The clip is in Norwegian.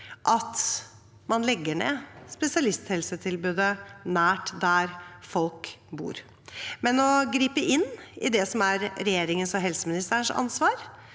vakt, man legger ned spesialisthelsetilbudet nær der folk bor. Men å gripe inn i det som er regjeringen og helseministerens ansvar,